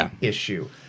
issue